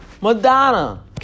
Madonna